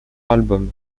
album